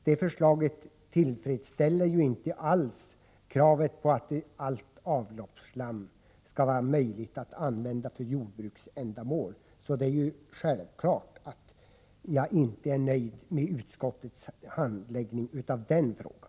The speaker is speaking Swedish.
Det förslaget tillfredsställer ju inte alls kravet på att det skall vara möjligt att använda allt avloppsslam för jordbruksändamål. Det är alltså självklart att jag inte är nöjd med utskottets handläggning av den frågan.